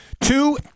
Two